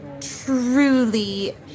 truly